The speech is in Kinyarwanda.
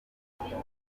kwirinda